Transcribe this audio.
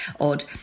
odd